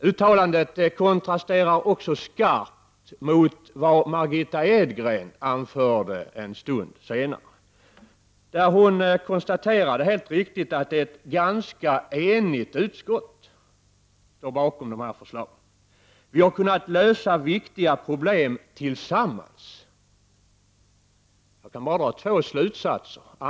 Uttalandet kontrasterar också skarpt mot vad Margitta Edgren anförde en stund senare. Hon konstaterade helt riktigt att ett ganska enigt utskott står bakom förslagen. Vi har kunnat lösa viktiga problem tillsammans. Av detta kan man bara dra två slutsatser.